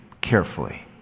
carefully